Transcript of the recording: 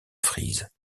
frise